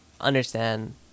understand